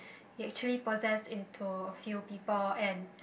he actually possessed into a few people and